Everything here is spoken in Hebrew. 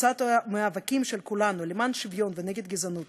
ותוצאות המאבקים של כולנו למען שוויון ונגד גזענות